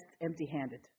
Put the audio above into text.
empty-handed